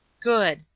good!